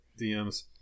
DMs